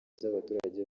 z’abaturage